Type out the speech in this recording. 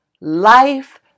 life